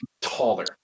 taller